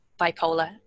bipolar